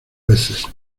veces